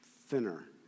thinner